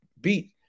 beat